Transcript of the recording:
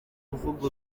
kuvuga